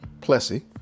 Plessy